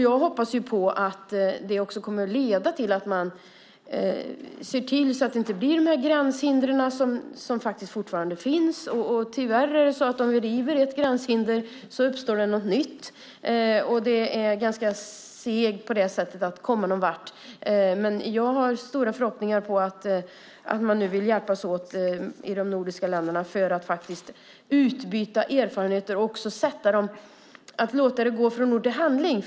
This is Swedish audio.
Jag hoppas att det leder till att man ser till att det inte blir sådana gränshinder som de som faktiskt fortfarande finns. Om vi river ett gränshinder uppstår tyvärr något nytt. På det sättet är det ganska segt att komma någon vart. Men jag har gott hopp om att man nu vill hjälpas åt i de nordiska länderna för att utbyta erfarenheter och låta det hela gå från ord till handling.